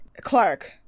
clark